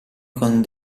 con